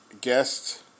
guest